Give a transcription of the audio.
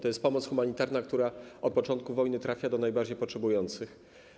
To jest pomoc humanitarna, która od początku wojny trafia do najbardziej potrzebujących.